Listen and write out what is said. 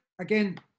again